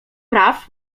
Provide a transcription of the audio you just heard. praw